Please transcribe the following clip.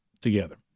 together